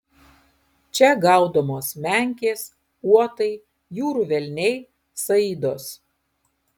čia gaudomos menkės uotai jūrų velniai saidos